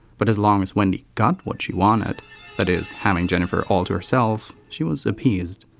but as long as wendy got what she wanted that is having jennifer all to herself she was appeased.